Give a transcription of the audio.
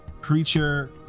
creature